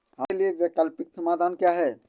हमारे लिए वैकल्पिक समाधान क्या है?